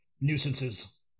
nuisances